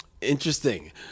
interesting